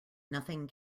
nothing